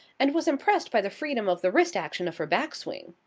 and was impressed by the freedom of the wrist-action of her back-swing.